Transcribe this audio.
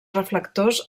reflectors